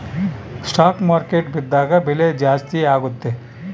stock market ಬಿದ್ದಾಗ ಬೆಲೆ ಜಾಸ್ತಿ ಆಗುತ್ತೆ